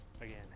again